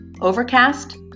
Overcast